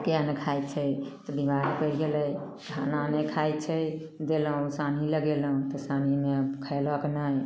किएक नहि खाइ छै तऽ बीमार पड़ि गेलय खाना नहि खाइ छै गेलहुँ सानी लगेलहुँ तऽ सानीमे खेलक नहि